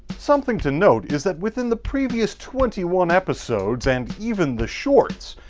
something to note is that within the previous twenty one episodes, and even the shorts,